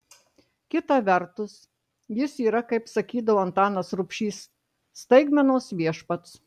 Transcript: kita vertus jis yra kaip sakydavo antanas rubšys staigmenos viešpats